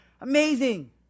amazing